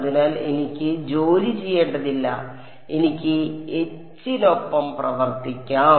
അതിനാൽ എനിക്ക് ജോലി ചെയ്യേണ്ടതില്ല എനിക്ക് എച്ചിനൊപ്പം പ്രവർത്തിക്കാം